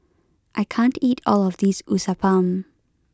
I can't eat all of this Uthapam